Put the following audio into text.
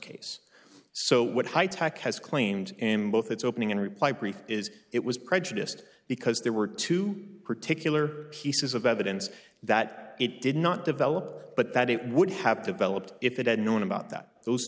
case so what high tech has claimed in both its opening and reply brief is it was prejudiced because there were two particular pieces of evidence that it did not develop but that it would have to developed if it had known about that those